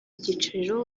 byiciro